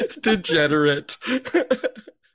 Degenerate